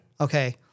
Okay